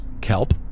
kelp